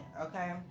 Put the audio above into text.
Okay